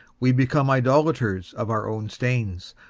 we become idolators of our own stains,